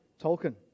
Tolkien